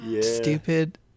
stupid